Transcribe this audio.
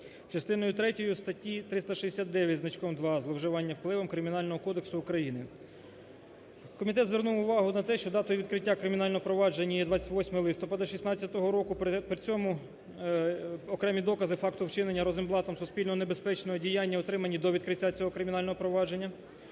третьою статті 369 зі значком 2 "Зловживання впливом" Кримінального кодексу України. Комітет звернув увагу на те, що датою відкриття кримінального провадження є 28 листопада 16-го року. При цьому окремі докази факту вчинення Розенблатом суспільно небезпечного діяння отримані до відкриття цього кримінального провадження.